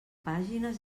pàgines